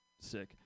sick